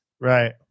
Right